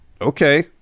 okay